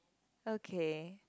okay